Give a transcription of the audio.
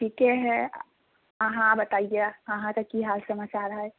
ठीके है अहाँ बताइये अहाँके की हाल समाचार है